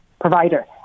provider